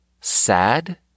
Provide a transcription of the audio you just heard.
sad